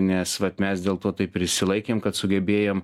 nes vat mes dėl to taip ir išsilaikėm kad sugebėjom